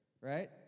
right